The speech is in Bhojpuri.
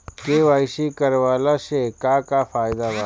के.वाइ.सी करवला से का का फायदा बा?